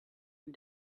and